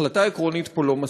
החלטה עקרונית פה לא מספיקה.